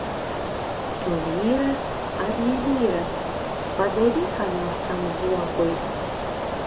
tu vyras ar ne vyras padaryk ką nors tam zuokui